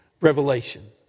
revelation